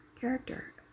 character